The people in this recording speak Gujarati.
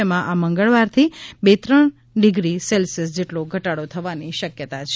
તેમાં આ મંગળવારથી બે થી ત્રણ ડિગ્રી સેલ્સીયસ જેટલો ઘટાડો થવાની શક્યતા છે